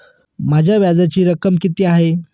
माझ्या व्याजाची रक्कम किती आहे?